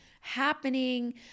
happening